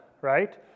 right